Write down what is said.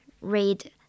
read